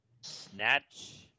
snatch